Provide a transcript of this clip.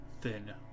thin